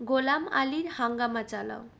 গোলাম আলীর হাঙ্গামা চালাও